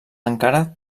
encara